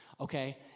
Okay